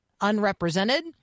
unrepresented